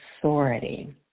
authority